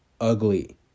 ugly